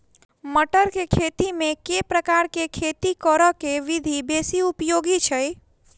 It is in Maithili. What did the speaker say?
मटर केँ खेती मे केँ प्रकार केँ खेती करऽ केँ विधि बेसी उपयोगी छै?